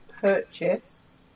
purchase